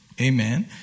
Amen